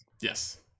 Yes